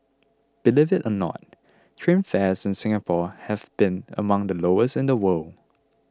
believe it or not train fares in Singapore have been among the lowest in the world